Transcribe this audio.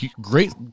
Great